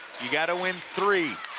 you got to win three.